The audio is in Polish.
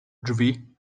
drzwi